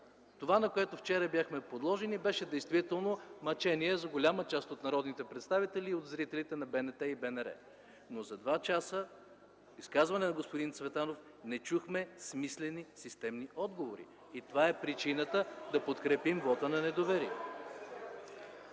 Това, на което вчера бяхме подложени, беше действително мъчение за голяма част от народните представители и за зрителите на БНТ и БНР, но за два часа изказване на господин Цветанов не чухме смислени, системни отговори. (Реплики от ГЕРБ.) И това е причината да подкрепим вота на недоверие.